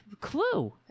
clue